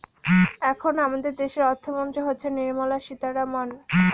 এখন আমাদের দেশের অর্থমন্ত্রী হচ্ছেন নির্মলা সীতারামন